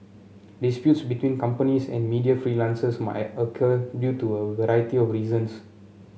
disputes between companies and media freelancers might occur due to a variety of reasons